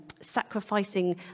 sacrificing